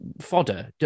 fodder